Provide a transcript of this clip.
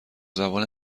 زبان